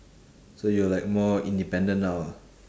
so you're like more independent now ah